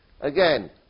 Again